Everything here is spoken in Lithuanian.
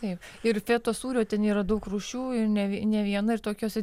taip ir fetos sūrio ten yra daug rūšių ir ne ne viena ir tokiose